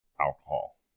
alcohol